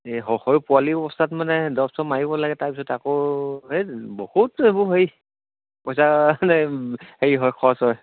এই সৰু পোৱালি অৱস্থাত মানে দৰৱ চৰৱ মাৰিব লাগে তাৰপিছত আকৌ এই বহুত এইবোৰ হেৰি পইচা হেৰি হয় খৰচ হয়